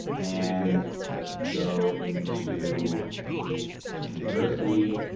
and let's go into swim university.